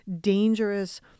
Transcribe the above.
dangerous